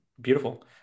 Beautiful